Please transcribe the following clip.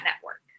Network